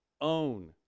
own